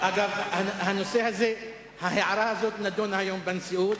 אגב, ההערה הזאת נדונה היום בנשיאות.